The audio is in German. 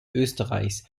österreichs